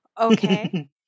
Okay